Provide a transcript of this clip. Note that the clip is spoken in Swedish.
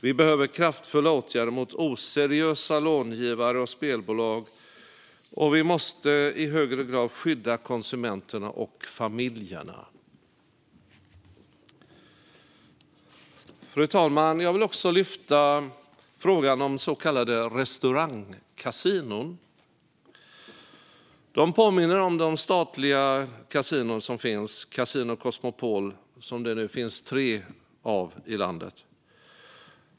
Vi behöver kraftfulla åtgärder mot oseriösa långivare och spelbolag, och vi måste i högre grad skydda konsumenterna och familjerna. Fru talman! Jag vill också lyfta frågan om så kallade restaurangkasinon. De påminner om de statliga kasinon, Casino Cosmopol, som det nu finns tre av i landet.